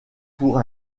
pour